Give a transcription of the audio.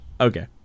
Okay